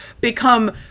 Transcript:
become